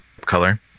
color